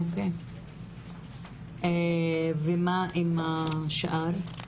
מה עם השאר?